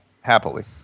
Happily